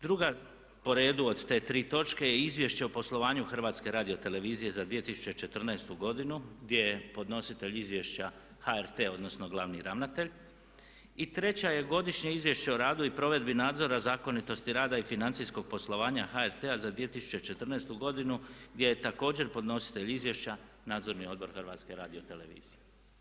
Druga po redu od te tri točke je Izvješće o poslovanju HRT-a za 2014. godinu gdje je podnositelj izvješća HRT odnosno glavni ravnatelj i treća je Godišnje izvješće o radu i provedbi nadzora zakonitosti rada i financijskog poslovanja HRT-a za 2014. godinu gdje je također podnositelj izvješća Nadzorni odbor HRT-a.